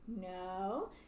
No